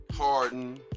Harden